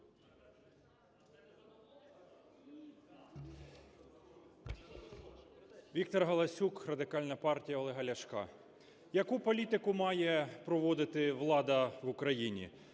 Віктор Галасюк, Радикальна партія Олега Ляшка. Яку політику має проводити влада в Україні?